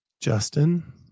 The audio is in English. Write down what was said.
Justin